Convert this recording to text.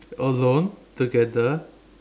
alone together